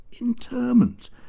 interment